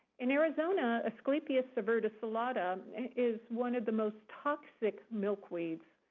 in arizona aesclepias subverticillata is one of the most toxic milkweeds.